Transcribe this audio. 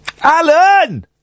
Alan